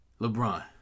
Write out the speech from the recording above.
LeBron